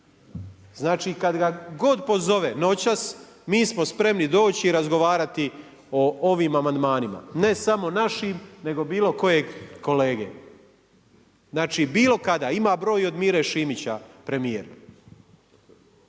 Znači kad ga god pozove, noćas, mi smo spremni doći i razgovarati o ovim amandmanima. Ne samo našim nego bilo kojeg kolege. Znači bilo kada. Ima broj i od Mire Šimića premijer.